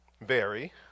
vary